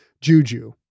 juju